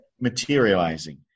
materializing